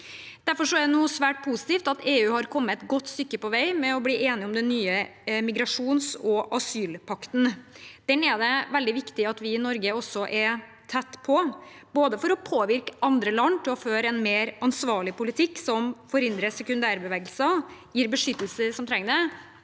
Derfor er det nå svært positivt at EU har kommet et godt stykke på vei med å bli enige om den nye migrasjon- og asylpakten. Den er det veldig viktig at vi i Norge også er tett på for å påvirke andre land til å føre en mer ansvarlig politikk som forhindrer sekundærbevegelser og gir beskyttelse til dem som trenger det,